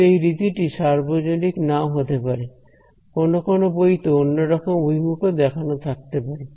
কিন্তু এই রীতিটি সার্বজনীক নাও হতে পারে কোন কোন বইতে অন্যরকম অভিমুখ ও দেখানো থাকতে পারে